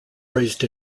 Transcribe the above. raised